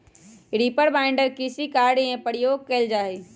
reaper binder कृषि कार्य में प्रयोग कइल जा हई